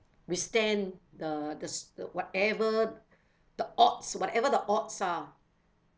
we stand the the s~ the whatever the odds whatever the odds are